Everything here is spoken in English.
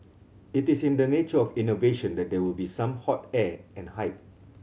it is in the nature of innovation that there will be some hot air and hype